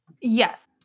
Yes